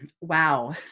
Wow